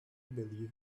believe